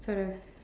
sort of